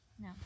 No